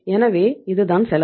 எனவே இது தான் செலவு